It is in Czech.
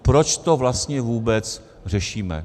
Proč to vlastně vůbec řešíme?